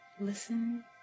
Listen